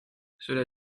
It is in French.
cela